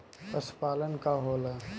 पशुपलन का होला?